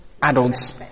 Adults